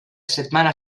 setmana